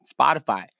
Spotify